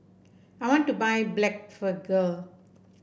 I want to buy Blephagel